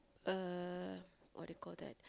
uh what you call that